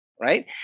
right